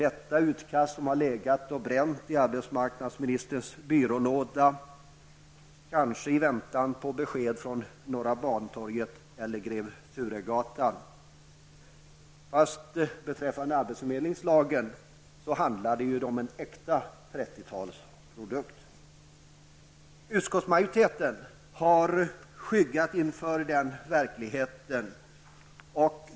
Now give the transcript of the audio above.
Utkastet till den har legat och bränt i arbetsmarknadsministerns byrålåda, kanske i väntan på besked från norra Bantorget eller Grev Turegatan. Beträffande arbetsförmedlingslagen handlar det om en äkta 30-talsprodukt. Utskottsmajoriteten har skyggat inför den verkligheten.